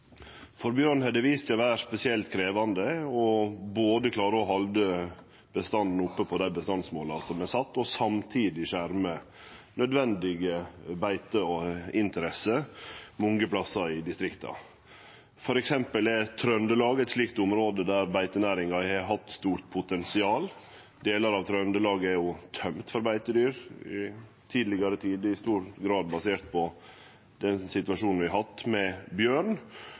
For bjørn har det vist seg å vere spesielt krevjande både å klare å halde bestanden oppe på dei bestandsmåla som er sette, og samtidig å skjerme nødvendige beiteinteresser mange plassar i distrikta. For eksempel er Trøndelag eit slikt område der beitenæringa har hatt stort potensial – delar av Trøndelag er tømde for beitedyr. Tidlegare var det i stor grad basert på situasjonen vi har hatt med bjørn.